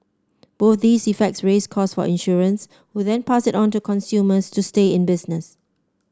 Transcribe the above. both these effects raise costs for insurers who then pass it on to consumers to stay in business